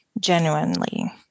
genuinely